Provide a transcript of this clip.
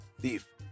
Thief